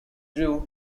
grew